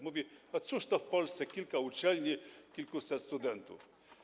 Mówi: A cóż to w Polsce, kilka uczelni, kilkuset studentów.